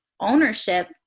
ownership